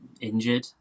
injured